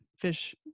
fish